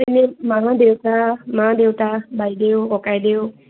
তেনে মা দেউতা মা দেউতা বাইদেউ ককাইদেউ